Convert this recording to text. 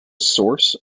source